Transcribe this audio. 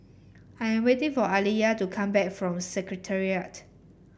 I am waiting for Aliya to come back from Secretariat